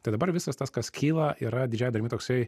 tad dabar visas tas kas kyla yra didžiaja dalimi toksai